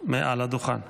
מעל הדוכן.